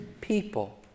people